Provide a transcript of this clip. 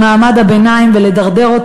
במעמד הביניים ולדרדר אותו,